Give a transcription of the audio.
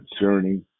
journey